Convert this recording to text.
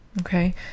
Okay